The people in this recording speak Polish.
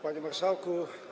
Panie Marszałku!